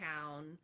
town